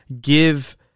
give